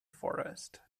forest